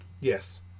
Yes